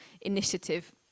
initiative